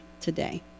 today